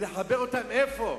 ולחבר אותם איפה?